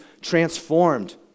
transformed